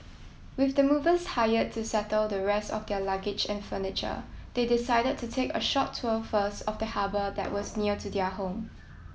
with the movers hired to settle the rest of their luggage and furniture they decided to take a short tour first of the harbour that was near to their home